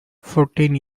fourteen